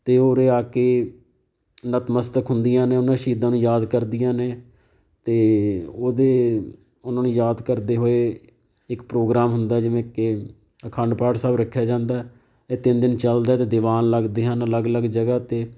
ਅਤੇ ਉਰੇ ਆ ਕੇ ਨਤਮਸਤਕ ਹੁੰਦੀਆਂ ਨੇ ਉਹਨਾਂ ਸ਼ਹੀਦਾਂ ਨੂੰ ਯਾਦ ਕਰਦੀਆਂ ਨੇ ਅਤੇ ਉਹਦੇ ਉਹਨਾਂ ਨੂੰ ਯਾਦ ਕਰਦੇ ਹੋਏ ਇੱਕ ਪ੍ਰੋਗਰਾਮ ਹੁੰਦਾ ਜਿਵੇਂ ਕਿ ਅਖੰਡ ਪਾਠ ਸਾਹਿਬ ਰੱਖਿਆ ਜਾਂਦਾ ਇਹ ਤਿੰਨ ਦਿਨ ਚੱਲਦਾ ਅਤੇ ਦੀਵਾਨ ਲੱਗਦੇ ਹਨ ਅਲੱਗ ਅਲੱਗ ਜਗ੍ਹਾ 'ਤੇ